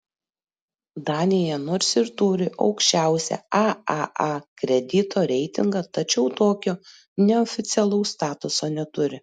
danija nors ir turi aukščiausią aaa kredito reitingą tačiau tokio neoficialaus statuso neturi